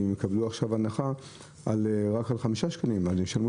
- הם יקבלו עכשיו הנחה רק על חמישה שקלים כך שישלמו